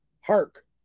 Hark